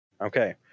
Okay